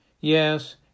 Yes